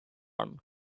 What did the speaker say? one